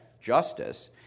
justice